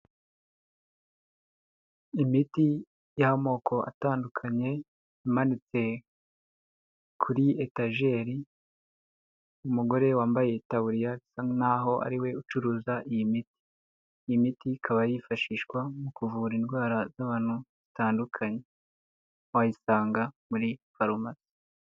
Imiti y'amoko atandukanye, imanitse kuri etajeri, umugore wambaye itaburiya, asa n'aho ariwe ucuruza iyi miti. Iyi miti ikaba yifashishwa mu kuvura indwara z'abantu batandukanye, wayisanga muri farumasi.